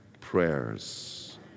prayers